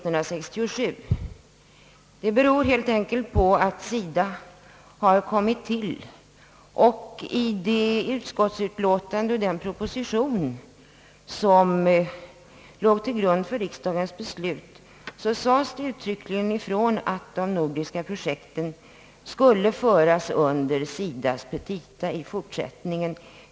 Anledningen var helt enkelt att SIDA hade kommit till, och i den proposition och det utskottsutlåtande som låg till grund för riksdagens beslut sades uttryckligen ifrån, att de nordiska projekten i fortsättningen skulle föras in under SIDA:s petita.